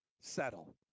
Settle